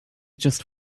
just